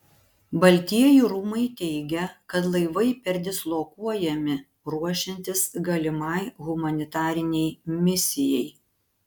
baltieji rūmai teigia kad laivai perdislokuojami ruošiantis galimai humanitarinei misijai